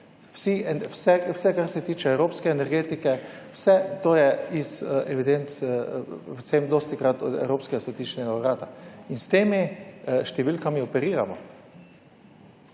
Vse kar se tiče evropske energetike, vse to je iz evidenc, predvsem dostikrat od evropskega statističnega urada in s temi številkami operiramo.